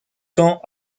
tend